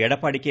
Edappadi K